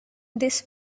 this